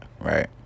Right